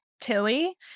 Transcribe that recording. Tilly